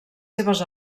seves